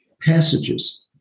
passages